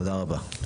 תודה רבה.